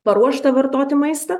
paruoštą vartoti maistą